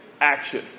action